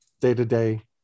day-to-day